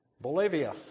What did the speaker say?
Bolivia